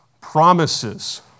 promises